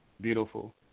beautiful